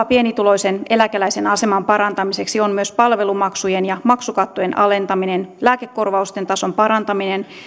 pienituloisen eläkeläisen aseman parantamiseksi ovat myös palvelumaksujen ja maksukattojen alentaminen lääkekorvausten tason parantaminen